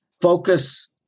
focus